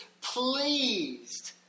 pleased